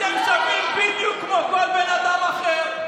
אתם שווים בדיוק כמו כל בן אדם אחר.